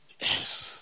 yes